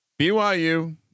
BYU